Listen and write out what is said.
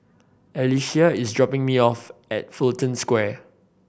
Alyssia is dropping me off at Fullerton Square